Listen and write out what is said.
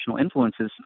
influences